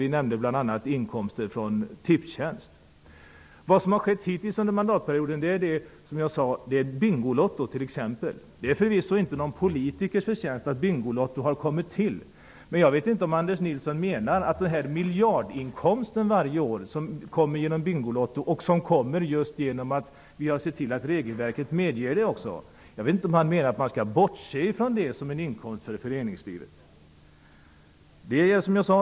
Vi nämnde bl.a. inkomster från Tipstjänst. Vad som har skett hittills under mandatperioden är t.ex. införandet av Bingolotto. Det är förvisso inte någon politikers förtjänst att Bingolotto har införts. Men jag vet inte om Anders Nilsson menar att man inom föreningslivet skall bortse från den inkomst som varje år kommer från Bingolotto -- som nu sker med hjälp av regelverket.